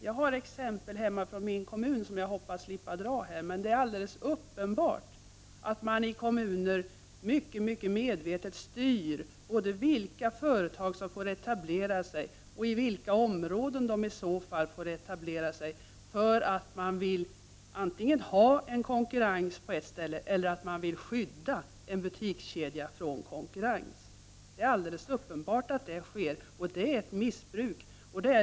Jag har exempel från min kommun som jag hoppas slippa redogöra för. Men det är alldeles uppenbart att kommunpolitikerna mycket medvetet styr både vilka företag som får etablera sig och i vilka områden de i så fall får etablera sig, antingen för att de vill ha konkurrens på ett ställe eller för att de vill skydda en butikskedja från konkurrens. Det är alldeles uppenbart att detta sker.